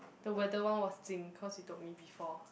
the weather one was Jing cause you told me before